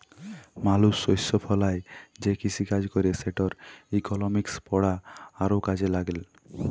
মালুস শস্য ফলায় যে কিসিকাজ ক্যরে সেটর ইকলমিক্স পড়া আরও কাজে ল্যাগল